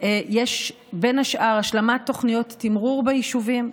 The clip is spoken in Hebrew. יש בין השאר השלמת תוכניות תמרור ביישובים,